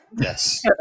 Yes